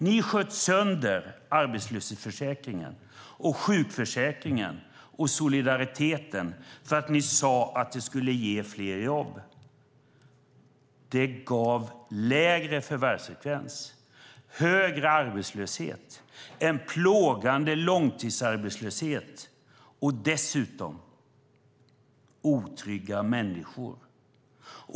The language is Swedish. Ni sköt sönder arbetslöshetsförsäkringen, sjukförsäkringen och solidariteten och sade att det skulle ge fler jobb. Det gav lägre förvärvsfrekvens, högre arbetslöshet, en plågande långtidsarbetslöshet och dessutom otrygga människor.